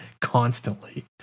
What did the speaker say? constantly